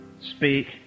speak